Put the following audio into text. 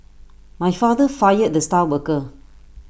my father fired the star worker